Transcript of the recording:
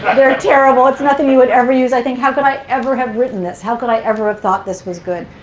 they're terrible. it's nothing you would ever use. i think, how could i ever have written this? how could i ever have thought this was good?